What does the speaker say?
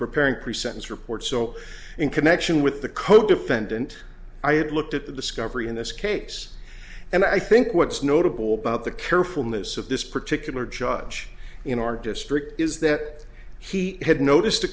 preparing pre sentence reports so in connection with the codefendant i had looked at the discovery in this case and i think what's notable about the carefulness of this particular judge in our district is that he had noticed a